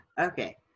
Okay